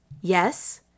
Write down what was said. Yes